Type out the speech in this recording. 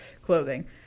clothing